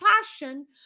passion